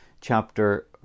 chapter